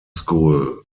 school